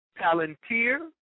Palantir